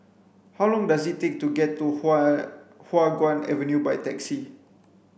how long does it take to get to Huan Hua Guan Avenue by taxi